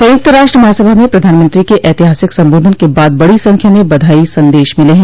संयुक्त राष्ट्र महासभा में प्रधानमंत्री के ऐतिहासिक सम्बोधन के बाद बड़ी संख्या में बधाई संदेश मिले हैं